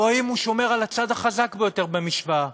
או שהוא שומר על הצד החזק ביותר במשוואה,